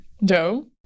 No